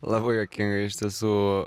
labai juokinga iš tiesų